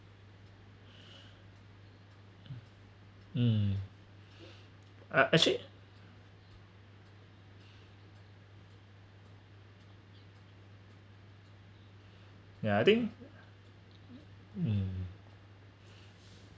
um uh actually yeah I think um